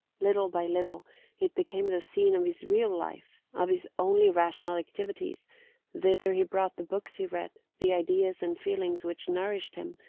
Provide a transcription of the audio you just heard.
little by little it became the scene of his real life, of his only rational activities thither he brought the books he read, the ideas and feelings which nourished him,